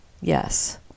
Yes